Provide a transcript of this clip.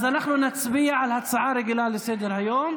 אז אנחנו נצביע על הצעה רגילה לסדר-היום: